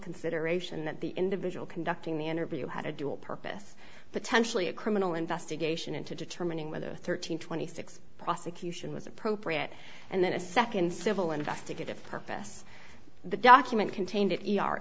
consideration that the individual conducting the interview had a dual purpose potentially a criminal investigation into determining whether thirteen twenty six prosecution was appropriate and then a second civil investigative purpose the document contained it e